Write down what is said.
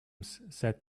said